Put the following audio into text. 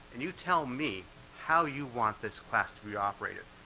and you tell me how you want this class to be operated.